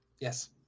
Yes